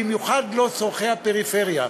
במיוחד לא צורכי הפריפריה.